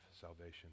salvation